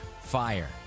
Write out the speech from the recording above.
Fire